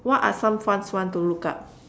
what are some fun ones to look up